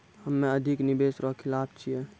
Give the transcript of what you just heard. हम्मे अधिक निवेश रो खिलाफ छियै